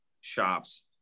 shops